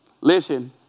Listen